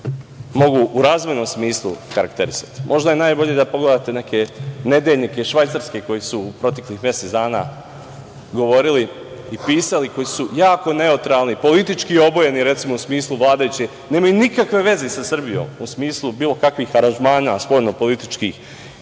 mogu u razvojnom smislu karakterisati. Možda je najbolje da pogledate neke nedeljnike Švajcarske, koji su u proteklih mesec dana govorili i pisali, koji su jako neutralni, politički obojeni recimo u smislu vladajuće, nemaju nikakve veze sa Srbijom u smislu bilo kakvih aranžmana spoljno-političkih,